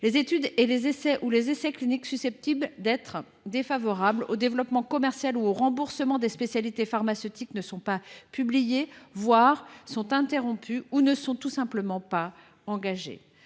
Les études ou essais cliniques susceptibles d’être défavorables au développement commercial ou au remboursement des spécialités pharmaceutiques ne sont pas publiés, voire sont interrompus ou pas même engagés.